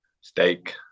Steak